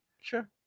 Sure